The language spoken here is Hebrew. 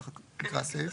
ככה נקרא הסעיף.